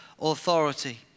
authority